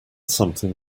something